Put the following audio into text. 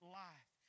life